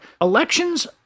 elections